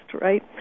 right